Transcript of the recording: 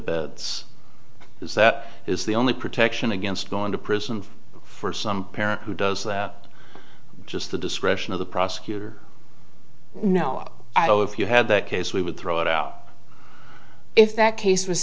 birds is that is the only protection against going to prison for some parent who does that just the discretion of the prosecutor no i know if you had that case we would throw it out if that case was